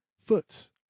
Foots